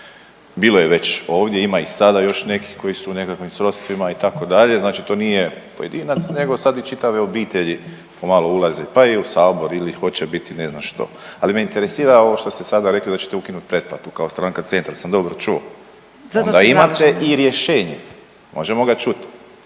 Bilo je već ovdje ima i sada još nekih koji su u nekakvim srodstvima itd. znači to nije pojedinac nego sad i čitave obitelji pomalo ulaze pa i u Sabor ili hoće biti ne znam što. Ali me interesira ovo što ste sada rekli da ćete ukinut pretplatu kao stranka Centar sam dobro čuo? …/Upadica Orešković: